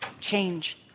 change